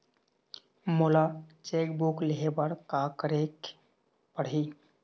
मोला cheque book लेहे बर का केरेक पढ़ही?